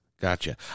Gotcha